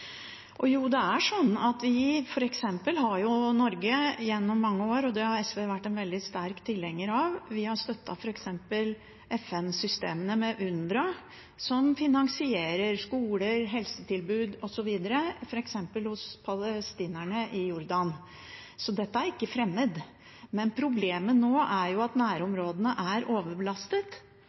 har gjennom mange år – og det har SV vært en veldig sterk tilhenger av – støttet f.eks. FN-systemene, med UNRWA, som finansierer skoler, helsetilbud osv. hos f.eks. palestinerne i Jordan. Så dette er ikke fremmed, men problemet nå er at nærområdene er overbelastet.